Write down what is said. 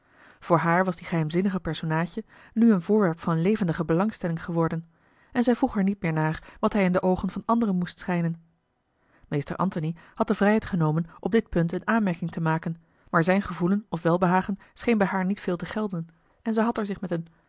voor haar was die geheimzinnige personaadje nu een voorwerp van levendige belangstelling geworden en zij vroeg er niet meer naar wat hij in de oogen van anderen moest schijnen meester antony had de vrijheid genomen op dit punt eene aanmerking te maken maar zijn gevoelen of welbehagen scheen bij haar niet veel te gelden en zij had er zich met een